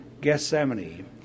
Gethsemane